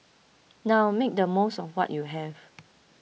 now make the most of what you have